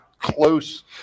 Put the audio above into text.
close